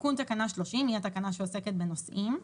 תיקון תקנה 30 היא התקנה שעוסקת בנוסעים.